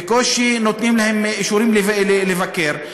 בקושי נותנים להם אישורים לבקר.